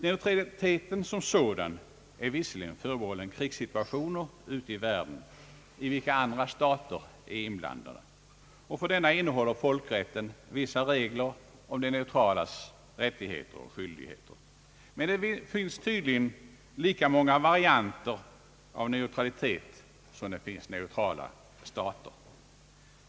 Neutraliteten som sådan är förbehållen krigssituationer ute i världen, i vilka andra stater är inblandade, och folkrätten innehåller vissa regler om de neutralas rättigheter och skyldigheter. Men det finns tydligen lika många varianter av neutralitet som det finns neutrala stater.